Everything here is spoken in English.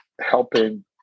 helping